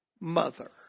mother